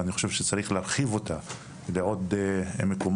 ואני חושב שצריך להרחיב אותה לעוד מקומות.